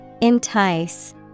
Entice